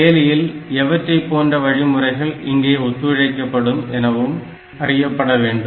செயலியில் எவற்றைப் போன்ற வழிமுறைகள் இங்கே ஒத்துழைக்கப்படும் எனவும் அறியப்பட வேண்டும்